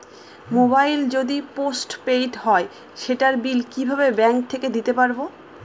Mobile যদি post paid হয় সেটার বিল কিভাবে ব্যাংক থেকে দিতে পারব?